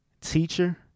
teacher